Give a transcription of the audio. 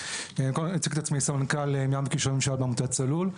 אני סמנכ"ל ים וקשרי ממשל בעמותת צלול.